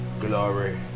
glory